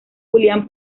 julián